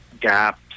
gaps